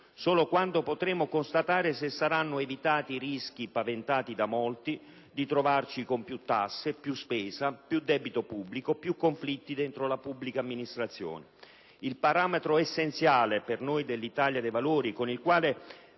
solo quando potremo constatare se saranno evitati i rischi, paventati da molti, di trovarci con più tasse, più spesa, più debito pubblico, più conflitti dentro la pubblica amministrazione. Il parametro essenziale per noi dell'Italia dei Valori, con il quale